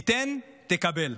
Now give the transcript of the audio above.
תיתן, תקבל.